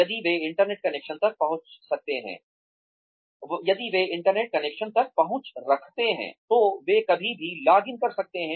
यदि वे internet connection तक पहुंच रखते हैं तो वे कहीं भी लॉगिन कर सकते हैं